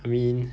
I mean